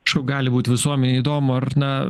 šku gali būti visuomenei įdomu ar na